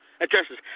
addresses